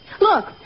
Look